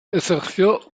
ejerció